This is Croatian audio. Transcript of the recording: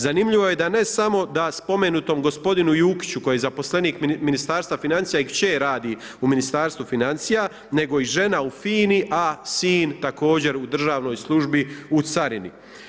Zanimljivo je da ne samo da spomenutom gospodinu Jukiću koji je zaposlenik Ministarstva financija i kćer radi u Ministarstvu financija nego i žena u FINA-i, a sin također u državnoj službi u Carini.